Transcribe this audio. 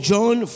John